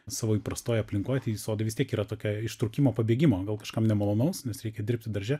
savo įprastoj aplinkoj tai sodai vis tiek yra tokia ištrūkimo pabėgimo gal kažkam nemalonaus nes reikia dirbti darže